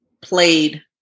played